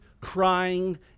crying